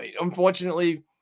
Unfortunately